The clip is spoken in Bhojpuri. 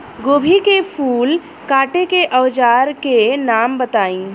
गोभी के फूल काटे के औज़ार के नाम बताई?